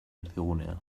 erdigunea